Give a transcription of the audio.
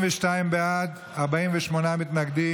42 בעד, 48 נגד.